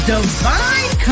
Divine